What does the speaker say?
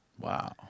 Wow